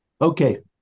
Okay